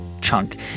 chunk